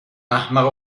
احمق